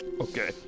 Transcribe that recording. Okay